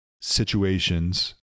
situations